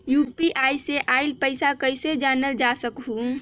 UPI से आईल पैसा कईसे जानल जा सकहु?